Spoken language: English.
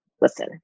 listen